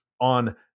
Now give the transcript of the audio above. on